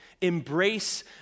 embrace